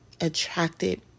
attracted